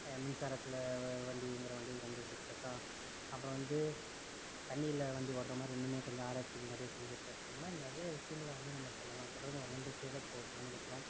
மின்சாரத்தில் வண்டி இயங்குகிற வண்டி கண்டுப்பிடிச்சுருக்கான் அப்புறம் வந்து தண்ணியில் வண்டி ஓடுற மாதிரி இனிமே கொஞ்சம் ஆராய்ச்சிகள் நிறைய செஞ்சுட்டு இருக்கிற இது மாதிரி நிறைய விஷயங்களில் வந்து நம்ம சொல்லலாம் தொடர்ந்து வளர்ந்துட்டே தான் போகுது மனிதக்குலம்